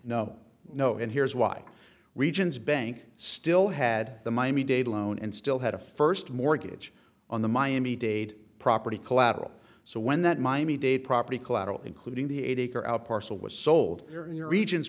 no no and here's why regions bank still had the miami dade loan and still had a first mortgage on the miami dade property collateral so when that miami dade property collateral including the eight acre the parcel was sold here in your regions